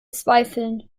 zweifeln